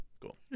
Cool